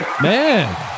man